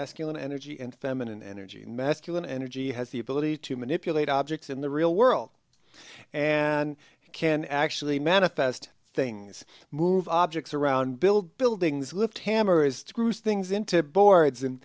asking an energy and feminine energy and masculine energy has the ability to manipulate objects in the real world and can actually manifest things move objects around build buildings lift hammers screws things into boards and